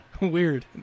weird